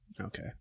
Okay